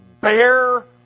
bear